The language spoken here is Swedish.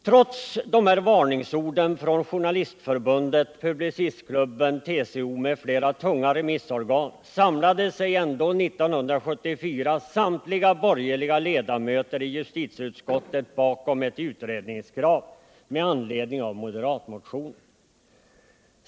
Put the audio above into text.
Trots varningsorden från Journalistförbundet, Publicistklubben, TCO m.fl. tunga remissorgan samlade sig ändå 1974 samtliga borgerliga ledamöter i justitieutskottet bakom ett utredningskrav med anledning av moderatmotionen.